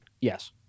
Yes